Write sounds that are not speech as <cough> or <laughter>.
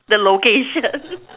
the location <laughs>